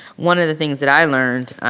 one of the things that i learned